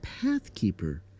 pathkeeper